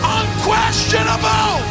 unquestionable